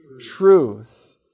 truth